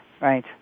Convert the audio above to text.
right